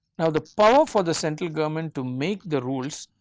now the power for the central government to make the rules